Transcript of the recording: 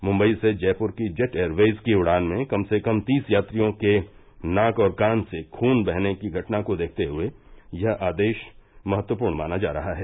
मुंबई से जयपुर की Jet Airways की उड़ान में कम से कम तीस यात्रियों के नाक और कान से खुन बहने की घटना को देखते हए यह आदेश महत्वपूर्ण माना जा रहा है